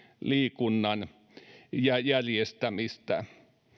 liikunnan järjestämistä